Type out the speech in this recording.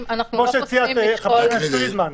כמו שהציעה חברת הכנסת פרידמן,